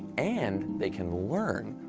and they can learn.